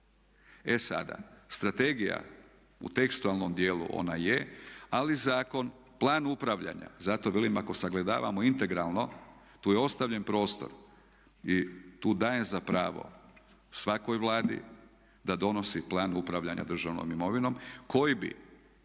E sada, strategija u tekstualnom dijelu ona je, ali zakon, plan upravljanja, zato velik ako sagledamo integralno tu je ostavljen prostor i tu dajem za pravo svakoj Vladi da donosi plan upravljanja državnom imovinom koji bi